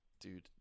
dude